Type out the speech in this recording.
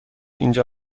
اینجا